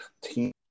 team